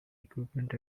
equipment